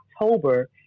October